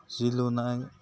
जि लुनाय